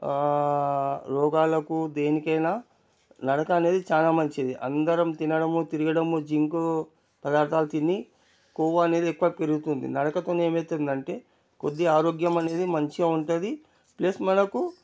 రోగాలకు దేనికి అయినా నడక అనేది చాలా మంచిది అందరం తినడము తిరగడము రకరకాలు తిని కొవ్వు అనేది ఎక్కువ పెరుగుతుంది నడకతో ఏం అవుతుంది అంటే కొద్దిగా ఆరోగ్యం అనేది మంచిగా ఉంటుంది ప్లస్ మనకు